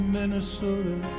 Minnesota